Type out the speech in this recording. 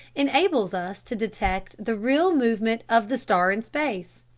enables us to detect the real movement of the star in space.